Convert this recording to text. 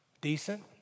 Decent